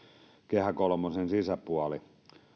kehä kolmosen sisäpuoli